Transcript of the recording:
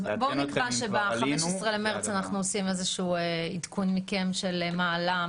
אז בואו נקבע שב-15 למרץ אנחנו עושים איזשהו עדכון מכם של מה עלה,